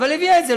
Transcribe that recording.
אבל הביאה את זה,